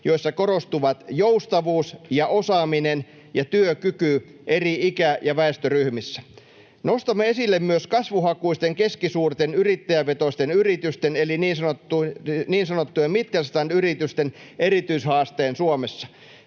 joissa korostuvat joustavuus ja osaaminen ja työkyky eri ikä- ja väestöryhmissä. Nostamme esille myös kasvuhakuisten keskisuurten yrittäjävetoisten yritysten eli niin sanottujen mittelstand-yritysten erityishaasteen Suomessa.